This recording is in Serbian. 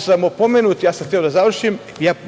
sam opomenut, ja sam hteo da završim,